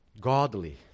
Godly